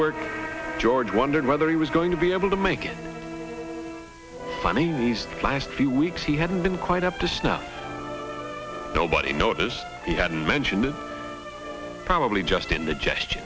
work george wondered whether he was going to be able to make it funny these last few weeks he hadn't been quite up to snuff nobody noticed he hadn't mentioned it probably just in the gesture